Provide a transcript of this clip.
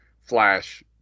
Flash